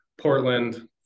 Portland